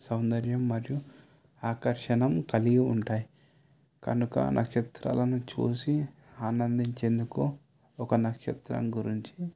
సౌందర్యం మరియు ఆకర్షణం కలిగి ఉంటాయి కనుక నక్షత్రాలను చూసి ఆనందించేందుకు ఒక నక్షత్రం గురించి